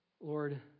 Lord